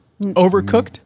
Overcooked